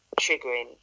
triggering